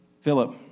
Philip